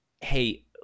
hey